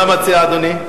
מה מציע אדוני?